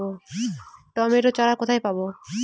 Tomato চারা কোথায় পাবো?